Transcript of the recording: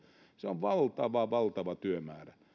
se on valtava valtava työmäärä